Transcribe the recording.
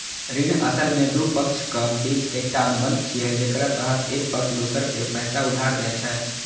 ऋण असल मे दू पक्षक बीच एकटा अनुबंध छियै, जेकरा तहत एक पक्ष दोसर कें पैसा उधार दै छै